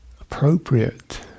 appropriate